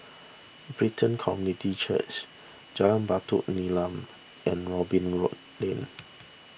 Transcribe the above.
Brighton Community Church Jalan Batu Nilam and Robin Rob Lane